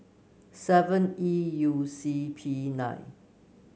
seven E U C P nine